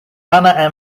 anna